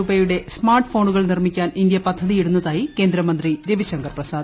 രൂപയുടെ സ്മാർട്ട് ഫോണുകൾ നിർമിക്കാൻ ഇന്ത്യ പദ്ധതിയിടുന്നതായി കേന്ദ്രമന്ത്രി രവിശങ്കർ പ്രസാദ്